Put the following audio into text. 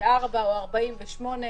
24 או 48 שעות,